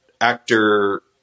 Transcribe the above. actor